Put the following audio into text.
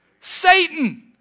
Satan